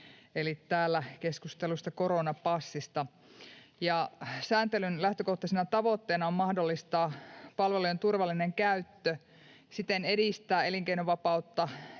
eli täällä keskustellusta ”koronapassista”. Sääntelyn lähtökohtaisena tavoitteena on mahdollistaa palvelujen turvallinen käyttö ja siten edistää elinkeinovapautta